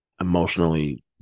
emotionally